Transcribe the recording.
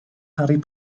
harry